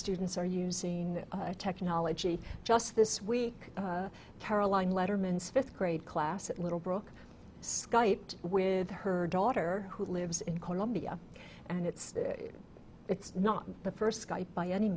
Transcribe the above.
students are using technology just this week caroline letterman's fifth grade class at little brook skype with her daughter who lives in columbia and it's it's not the first skype by any